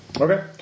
Okay